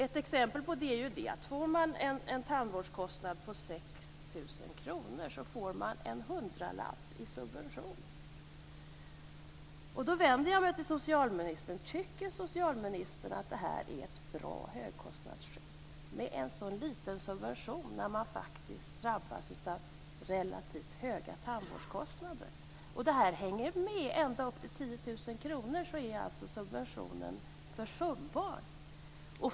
Ett exempel på detta är att en tandvårdskostnad på 6 000 kronor ger en hundralapp i subvention. Jag vänder mig till socialministern. Tycker socialministern att det är ett bra högkostnadsskydd att få en så liten subvention när man faktiskt drabbas av relativt höga tandvårdskostnader? För tandvårdskostnader ända upp till 10 000 kronor är subventionen försumbar.